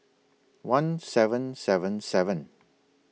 one seven seven seven